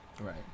right